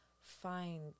find